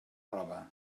roba